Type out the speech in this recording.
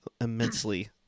immensely